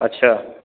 अच्छा